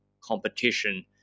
competition